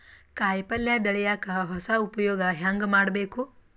ಕಾಯಿ ಪಲ್ಯ ಬೆಳಿಯಕ ಹೊಸ ಉಪಯೊಗ ಹೆಂಗ ಮಾಡಬೇಕು?